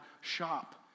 shop